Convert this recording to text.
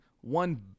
one